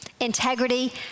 Integrity